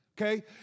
okay